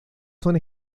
son